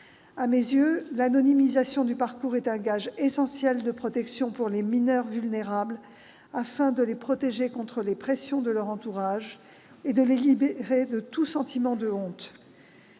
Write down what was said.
À mes yeux, l'anonymisation du parcours est un gage essentiel de protection pour les mineures vulnérables, afin qu'elles soient protégées contre les pressions de leur entourage et libérées de tout sentiment de honte.